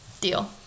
Deal